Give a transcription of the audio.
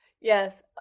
Yes